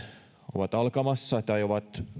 ovat alkamassa tai ovat